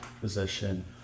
position